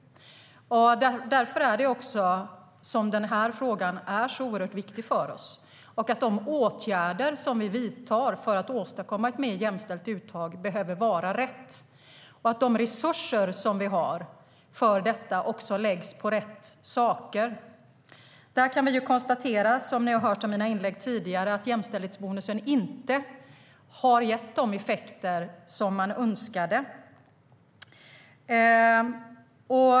Därför är den här frågan oerhört viktig för oss, och de åtgärder som vi vidtar för att åstadkomma ett mer jämställt uttag behöver vara rätt åtgärder. De resurser som vi har för detta måste därför läggas på rätt saker. Vi kan konstatera, som ni hört av mina tidigare inlägg, att jämställdhetsbonusen inte har gett de effekter som man önskade.